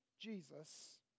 Jesus